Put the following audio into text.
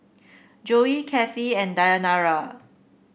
Joey Kathie and Dayanara